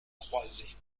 croisées